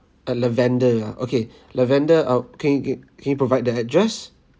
uh lavender ah okay lavender oh can y~ can y~ can you provide the address